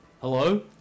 Hello